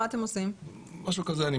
אני מניח שזה משהו כזה.